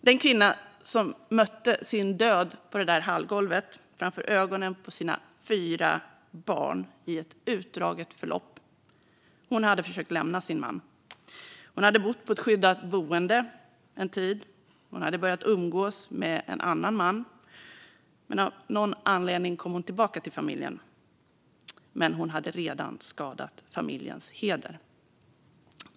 Den kvinna som mötte sin död på det där hallgolvet i ett utdraget förlopp, inför ögonen på sina fyra barn, hade försökt lämna sin man. Hon hade bott på ett skyddat boende en tid. Hon hade börjat umgås med en annan man. Av någon anledning kom hon dock tillbaka till familjen - men hon hade redan skadat familjens heder.